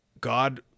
God